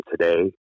today